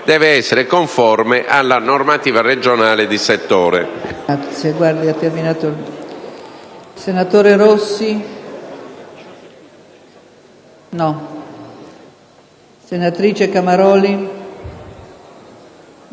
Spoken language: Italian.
deve essere conforme alla normativa regionale di settore».